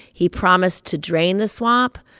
he promised to drain the swamp,